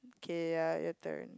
okay ya your turn